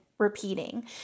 repeating